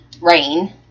rain